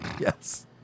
yes